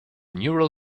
neural